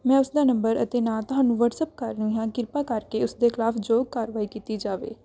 ਮੈਂ ਉਸ ਦਾ ਨੰਬਰ ਅਤੇ ਨਾਂ ਤੁਹਾਨੂੰ ਵਟਸਅਪ ਕਰ ਰਹੀ ਹਾਂ ਕਿਰਪਾ ਕਰਕੇ ਉਸ ਦੇ ਖਿਲਾਫ਼ ਯੋਗ ਕਾਰਵਾਈ ਕੀਤੀ ਜਾਵੇ